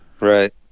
Right